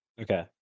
Okay